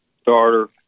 starter